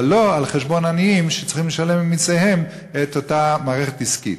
אבל לא על חשבון עניים שצריכים לשלם ממסיהם את אותה מערכת עסקית.